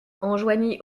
enjoignit